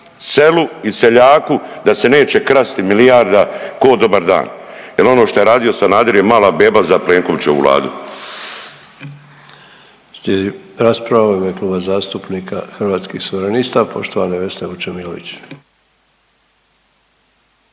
selu i seljaku da se neće krasti milijarda k'o dobar dan jer ono što je radio Sanader je mala beba za Plenkovićevu Vladu.